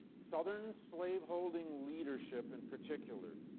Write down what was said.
southern slaveholding leadership, in particular,